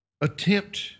attempt